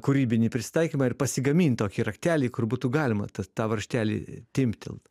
kūrybinį prisitaikymą ir pasigamint tokį raktelį kur būtų galima ta tą varžtelį timptelt